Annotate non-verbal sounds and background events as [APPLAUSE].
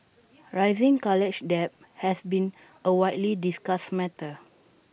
[NOISE] rising college debt has been A widely discussed matter